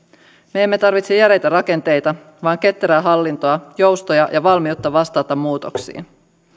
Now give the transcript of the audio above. me emme tarvitse järeitä rakenteita vaan ketterää hallintoa joustoja ja valmiutta vastata muutoksiin